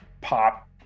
pop